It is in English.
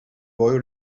boy